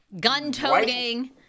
Gun-toting